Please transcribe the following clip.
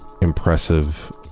impressive